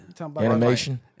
animation